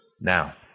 now